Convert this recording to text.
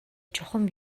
чухам